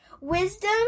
wisdom